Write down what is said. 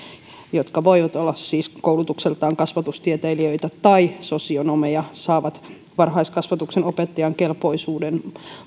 jotka voivat olla siis koulutukseltaan kasvatustieteilijöitä tai sosionomeja saavat varhaiskasvatuksen opettajan kelpoisuuden